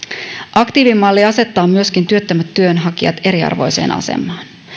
aktiivimalli asettaa myöskin työttömät työnhakijat eriarvoiseen asemaan